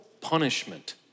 punishment